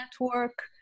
network